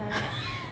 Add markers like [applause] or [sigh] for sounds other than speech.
[laughs]